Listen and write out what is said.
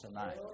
tonight